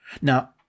Now